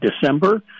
December